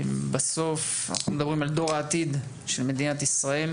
בסוף, אנחנו מדברים על דור העתיד של מדינת ישראל,